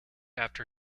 after